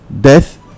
death